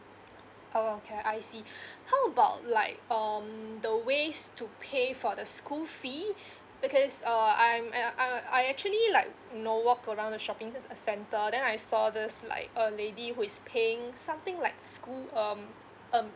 oh okay I see how about like um the ways to pay for the school fee because uh I'm uh uh I actually like you know walk around the shopping there's a centre then I saw this like a lady who is paying something like school um um